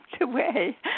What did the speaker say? away